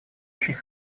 очень